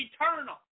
eternal